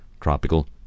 tropical